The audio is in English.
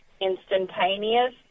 instantaneous